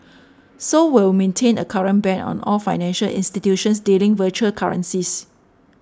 Seoul will maintain a current ban on all financial institutions dealing virtual currencies